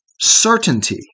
certainty